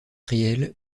réel